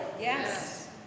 Yes